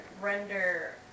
render